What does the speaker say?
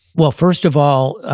well first of all,